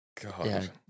God